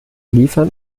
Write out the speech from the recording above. liefern